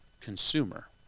consumer